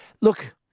Look